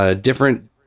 different